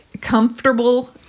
comfortable